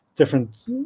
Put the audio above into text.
different